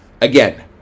again